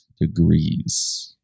degrees